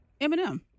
Eminem